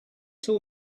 till